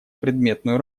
предметную